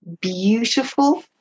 beautiful